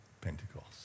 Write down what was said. Pentecost